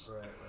right